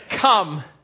Come